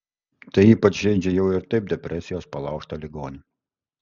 tai ypač žeidžia jau ir taip depresijos palaužtą ligonį